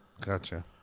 Gotcha